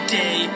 day